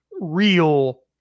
real